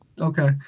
Okay